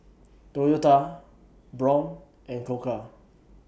Toyota Braun and Koka